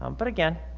um but again